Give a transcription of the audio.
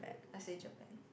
I say Japan